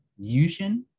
Yushin